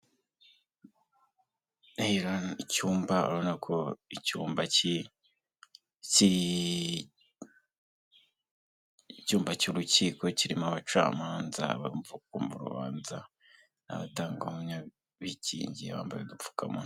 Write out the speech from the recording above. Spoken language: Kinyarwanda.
Icyumba urabona ko icyumba cy'urukiko kirimo abacamanza barimo kumva urubanza n'abatangabuhamya bikingiye bambaye udupfukamuwa.